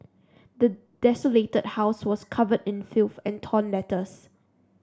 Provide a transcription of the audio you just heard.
the desolated house was covered in filth and torn letters